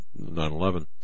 9/11